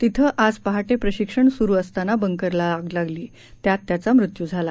तिथं आज पहाटे प्रशिक्षण सुरू असताना बंकरला आग लागली त्यात त्याचा मृत्यू झाला